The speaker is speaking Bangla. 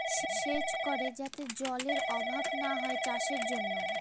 সেচ করে যাতে জলেরর অভাব না হয় চাষের জন্য